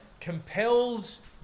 compels